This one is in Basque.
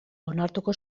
onartuko